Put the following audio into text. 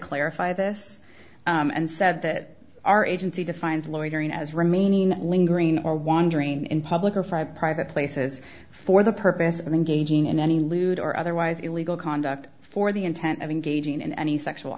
clarify this and said that our agency defines loitering as remaining lingering or wandering in public or private private places for the purpose of engaging in any lewd or otherwise illegal conduct for the intent of engaging in any sexual